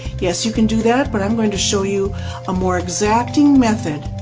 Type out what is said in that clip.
yes you can do that but i'm going to show you a more exacting method,